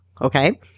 okay